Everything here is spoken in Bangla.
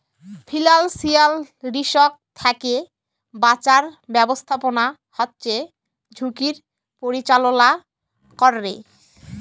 ফিলালসিয়াল রিসক থ্যাকে বাঁচার ব্যাবস্থাপনা হচ্যে ঝুঁকির পরিচাললা ক্যরে